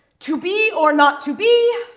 to be or not to be,